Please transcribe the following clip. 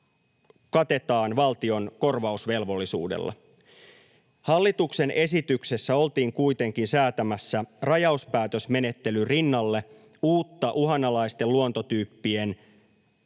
katetaan valtion korvausvelvollisuudella. Hallituksen esityksessä oltiin kuitenkin säätämässä rajauspäätösmenettelyn rinnalle uutta uhanalaisten luontotyyppien